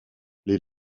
les